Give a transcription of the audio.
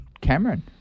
Cameron